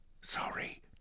sorry